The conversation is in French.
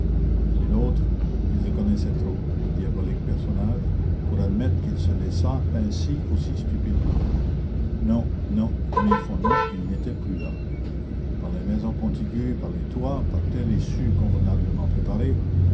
l'un et l'autre ils le connaissaient trop le diabolique personnage pour admettre qu'il se laissât pincer aussi stupidement non non mille fois non il n'était plus là par les maisons contiguës par les toits par telle issue convenablement préparée